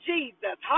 Jesus